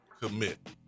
commit